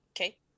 Okay